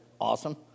Awesome